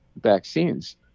vaccines